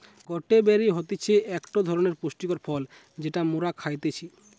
গটে বেরি হতিছে একটো ধরণের পুষ্টিকর ফল যেটা মোরা খাইতেছি